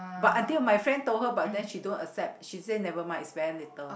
but until my friend told her but then she don't accept she say never mind it's very little